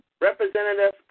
Representative